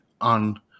on